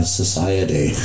society